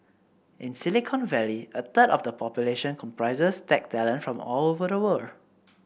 in Silicon Valley a third of the population comprises tech talent from all over the world